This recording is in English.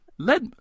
Let